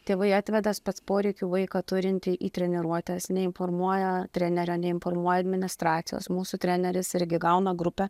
tėvai atveda spec poreikių vaiką turintį į treniruotes neinformuoja trenerio neinformuoja administracijos mūsų treneris irgi gauna grupę